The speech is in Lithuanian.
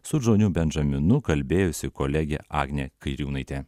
su džioniu bendžaminu kalbėjusi kolegė agnė kairiūnaitė